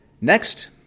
Next